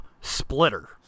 Splitter